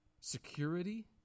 Security